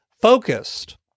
focused